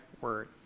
word